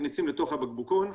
מכניסים לתוך הבקבוקון,